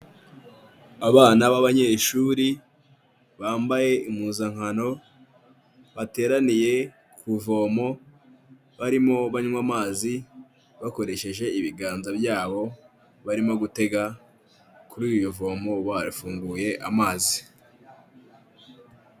Abana b'abanyeshuri bambaye impuzankano, bateraniye ku ivomo, barimo banywa amazi bakoresheje ibiganza byabo, barimo gutega kuriyo vomo bafunguye amazi.